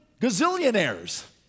gazillionaires